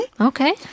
Okay